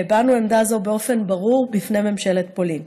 והבענו עמדה זו באופן ברור בפני ממשלת פולין,